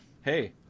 hey